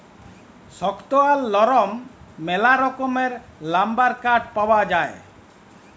শক্ত আর লরম ম্যালা রকমের লাম্বার কাঠ পাউয়া যায়